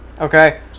Okay